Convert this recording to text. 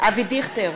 אבי דיכטר,